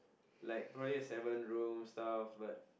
like brought it seven rooms stuff but